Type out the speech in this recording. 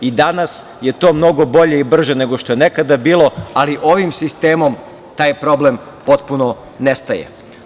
Danas je to mnogo bolje i brže nego što je nekada bilo, ali ovim sistemom taj problem potpuno nestaje.